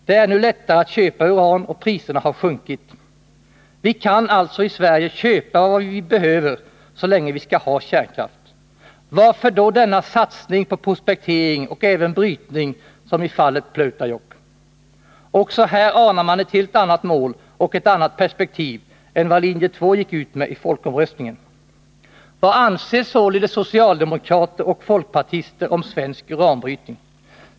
Det är nu lättare att köpa uran, och priserna har sjunkit. Vi kan alltså i Sverige köpa vad vi behöver så länge vi skall ha kärnkraft. Varför då denna satsning på prospektering och även brytning som i fallet Pleutajokk? Också här anar man ett helt annat mål och ett annat perspektiv än vad linje 2 gick ut med i folkomröstningen. Vad anser då socialdemokrater och folkpartister om svensk uranbrytning?